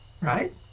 Right